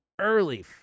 early